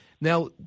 Now